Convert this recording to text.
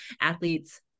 athletes